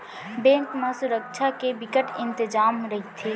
bank म सुरक्छा के बिकट इंतजाम रहिथे